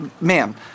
Ma'am